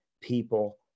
people